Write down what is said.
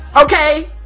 Okay